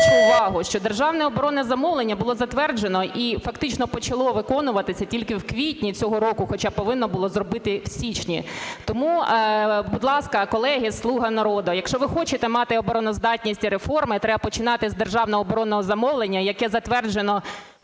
державне оборонне замовлення